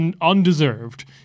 undeserved